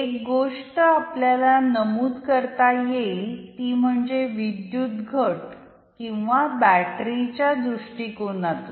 एक गोष्ट आपल्याला नमूद करता येईल ती म्हणजे विद्युतघट किंवा बॅटरी च्या दृष्टिकोनातून